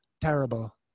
terrible